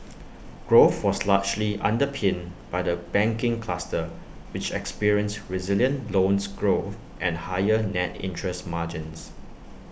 growth was largely underpinned by the banking cluster which experienced resilient loans growth and higher net interest margins